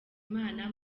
imana